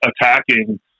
attacking